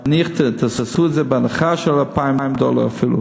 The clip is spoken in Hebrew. נניח שתעשו את זה בהנחה של 2,000 דולר אפילו,